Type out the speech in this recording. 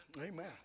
Amen